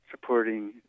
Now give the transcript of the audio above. supporting